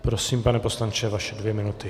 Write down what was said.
Prosím, pane poslanče, vaše dvě minuty.